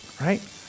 right